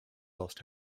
lost